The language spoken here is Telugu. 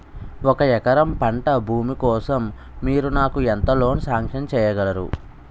ఒక ఎకరం పంట భూమి కోసం మీరు నాకు ఎంత లోన్ సాంక్షన్ చేయగలరు?